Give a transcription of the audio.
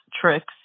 tricks